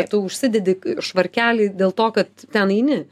tu užsidedi švarkelį dėl to kad ten eini